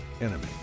enemy